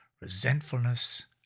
resentfulness